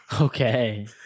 Okay